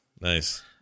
Nice